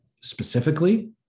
specifically